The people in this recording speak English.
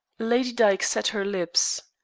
lady dyke set her lips.